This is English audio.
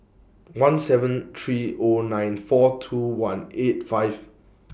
one seven three O nine four two one eight five